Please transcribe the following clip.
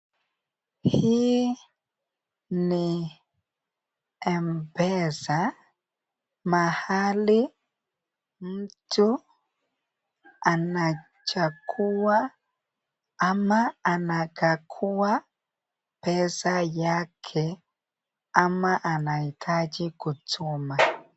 Hii ni M-PESA mahali mtu anachagua ama anakagua pesa yake ama anahitaji kutuma.